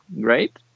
great